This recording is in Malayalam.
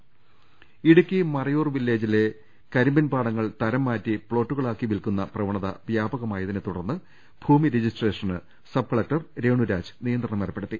രദ്ദേഷ്ടങ ഇടുക്കി മറയൂർ വില്ലേജിലെ കരിമ്പിൻ പാടങ്ങൾ തരംമാറ്റി പ്ലോട്ടുക ളായി വിൽക്കുന്ന പ്രവണത വ്യാപകമായതിനെ തുടർന്ന് ഭൂമി രജിസ്ട്രേ ഷന് സബ്കലക്ടർ രേണു രാജ് നിയന്ത്രണം ഏർപ്പെടുത്തി